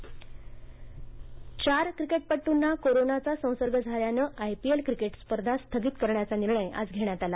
IPL चार क्रिकेटपटूंना कोरोनाचा संसर्ग झाल्याने आयपीएल क्रिकेट स्पर्धा स्थगित करण्याचा निर्णय आज घेण्यात आला